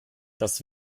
das